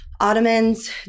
ottomans